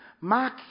Mark